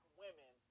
women